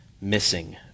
missing